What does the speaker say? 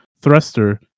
Thruster